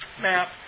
map